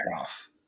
off